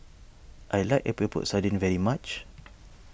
I like Epok Epok Sardin very much